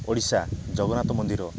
ଓଡ଼ିଶା ଜଗନ୍ନାଥ ମନ୍ଦିର